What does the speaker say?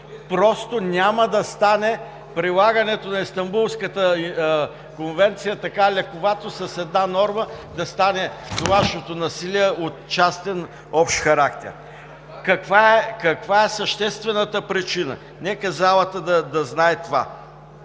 Просто няма да стане прилагането на Истанбулската конвенция така лековато – с една норма да стане домашното насилие от „частен“ в „общ характер“. Каква е съществената причина? Нека залата да знае това.